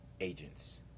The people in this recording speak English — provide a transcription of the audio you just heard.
agents